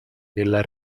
nella